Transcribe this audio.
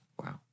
Wow